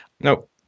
No